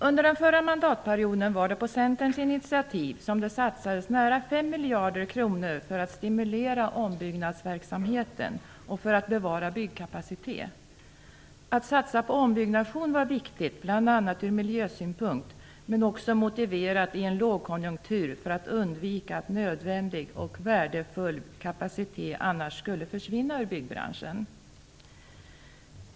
Under den förra mandatperioden var det på Centerns initiativ som det satsades nära 5 miljarder kronor för att stimulera ombyggnadsverksamheten och för att bevara byggkapacitet. Att satsa på ombyggnation var viktigt bl.a. från miljösynpunkt, men också motiverat i en lågkonjunktur för att undvika att nödvändig och värdefull kapacitet skulle försvinna ur byggbranschen.